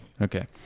Okay